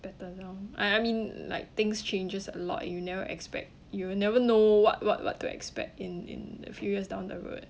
better now I I mean like things changes a lot you never expect you will never know what what what to expect in in a few years down the road